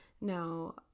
Now